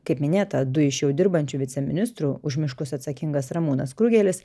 kaip minėta du iš jau dirbančių viceministrų už miškus atsakingas ramūnas krugelis